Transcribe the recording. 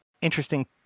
interesting